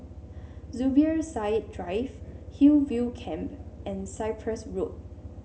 Zubir Said Drive Hillview Camp and Cyprus Road